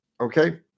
Okay